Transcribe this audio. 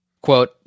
Quote